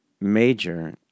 major